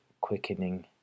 quickening